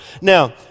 Now